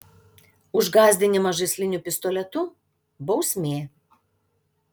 už gąsdinimą žaisliniu pistoletu bausmė